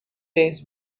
days